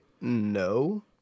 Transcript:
no